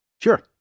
Sure